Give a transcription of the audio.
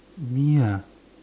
me ah